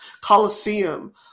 Coliseum